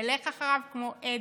נלך אחריו כמו עדר.